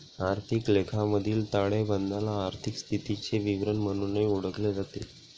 आर्थिक लेखामधील ताळेबंदाला आर्थिक स्थितीचे विवरण म्हणूनही ओळखले जाते